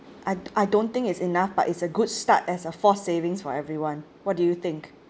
I I don't think it's enough but it's a good start as a forced savings for everyone what do you think